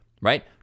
right